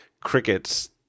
crickets